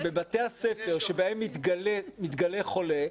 שבבתי הספר שבהם מתגלה חולה,